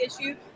issue